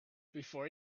before